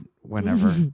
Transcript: whenever